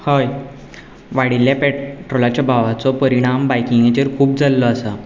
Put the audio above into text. हय वाडिल्ल्या पेट्रोलाच्या भावाचो परिणाम बायकींगेचेर खूब जाल्लो आसा